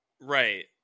Right